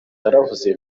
naravuze